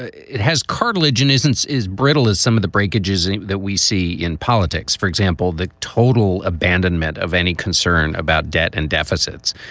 it has cartilage, in essence, is brittle as some of the breakages that we see in politics, for example, the total abandonment of any concern about debt and deficits,